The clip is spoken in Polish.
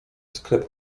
sklep